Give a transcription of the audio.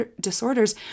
disorders